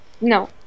No